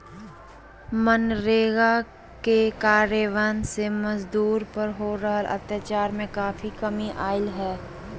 मनरेगा के कार्यान्वन से मजदूर पर हो रहल अत्याचार में काफी कमी अईले हें